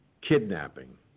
kidnapping